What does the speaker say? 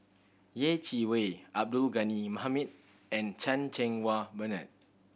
Yeh Chi Wei Abdul Ghani Hamid and Chan Cheng Wah Bernard